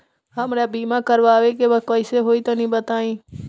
हमरा बीमा करावे के बा कइसे होई तनि बताईं?